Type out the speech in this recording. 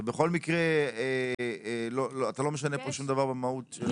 ובכל מקרה אתה לא משנה פה שום דבר במהות של החוזה.